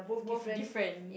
both different